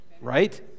Right